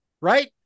right